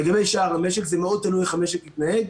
לגבי שאר המשק, זה מאוד תלוי באיך המשק יתנהג.